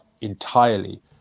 entirely